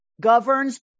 governs